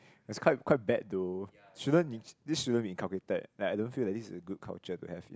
that's quite quite bad though shouldn't this shouldn't be inculcated like I don't feel like this is a good culture to have in